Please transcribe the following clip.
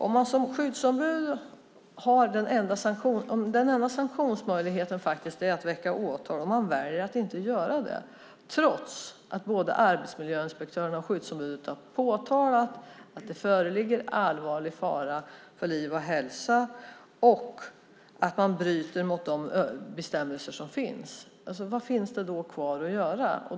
Om den enda sanktionsmöjligheten är att väcka åtal och man väljer att inte göra det trots att både arbetsmiljöinspektören och skyddsombudet har påtalat att allvarlig fara för liv och hälsa föreligger och att det bryts mot de bestämmelser som finns, vad återstår då att göra?